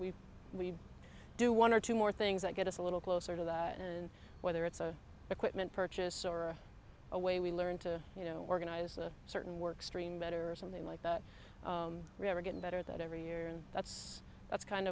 to do one or two more things that get us a little closer to that and whether it's an equipment purchase or a way we learned to you know organize a certain work stream better or something like that we have are getting better that every year and that's that's kind